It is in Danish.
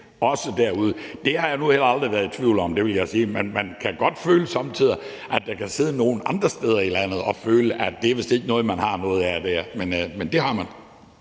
også derude. Det har jeg nu heller aldrig været i tvivl om, vil jeg sige, men man kan godt somme tider føle, at der kan sidde nogle andre steder i landet og føle, at det vist ikke er noget, man har noget af dér – men det har man.